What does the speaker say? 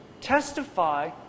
testify